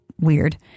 weird